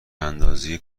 اندازه